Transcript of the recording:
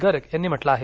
गर्ग यांनी म्हटलं आहे